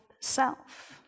self